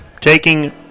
taking